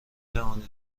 توانید